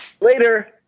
Later